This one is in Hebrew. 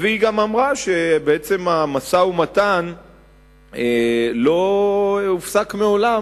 והיא גם אמרה שבעצם המשא-ומתן לא הופסק מעולם,